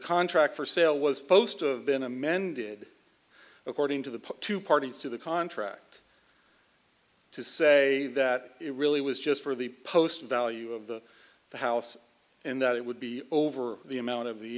contract for sale was post of been amended according to the two parties to the contract to say that it really was just for the post value of the house and that it would be over the amount of the